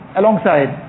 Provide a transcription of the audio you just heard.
alongside